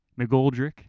McGoldrick